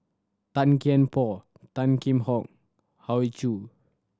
Tan Kian Por Tan Kheam Hock Hoey Choo